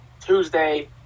Tuesday